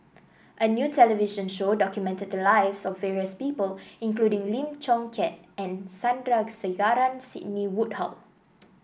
a new television show documented the lives of various people including Lim Chong Keat and Sandrasegaran Sidney Woodhull